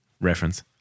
Reference